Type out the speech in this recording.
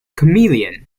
chameleon